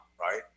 right